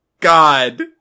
God